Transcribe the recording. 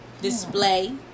display